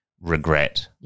regret